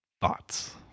Thoughts